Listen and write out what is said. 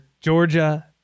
Georgia